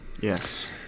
Yes